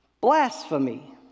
blasphemy